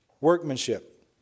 workmanship